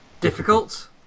Difficult